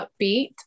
upbeat